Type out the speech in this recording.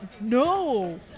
No